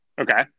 Okay